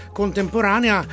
contemporanea